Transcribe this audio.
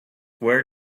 where